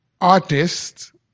artist